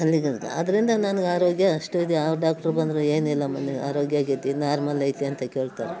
ಅಲ್ಲಿಗಂಟ ಆದ್ದರಿಂದ ನನ್ಗೆ ಆರೋಗ್ಯ ಅಷ್ಟು ಇದು ಯಾವ ಡಾಕ್ಟ್ರು ಬಂದರು ಏನಿಲ್ಲಮ್ಮ ನೀನು ಆರೋಗ್ಯವಾಗಿದ್ದೆ ನಾರ್ಮಲೈತೆ ಅಂತ ಕೇಳ್ತಾರೆ